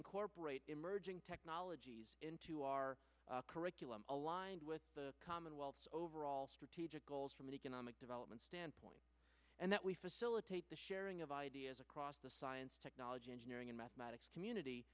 incorporate emerging technologies into our curriculum aligned with the commonwealth's overall strategic goals from an economic development standpoint and that we facilitate the sharing of ideas across the science technology engineering and mathematics community